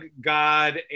god